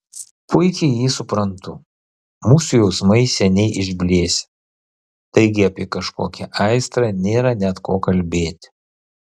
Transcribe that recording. puikiai jį suprantu mūsų jausmai seniai išblėsę taigi apie kažkokią aistrą nėra net ko kalbėti